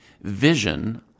vision